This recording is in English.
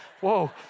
Whoa